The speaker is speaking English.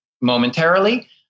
momentarily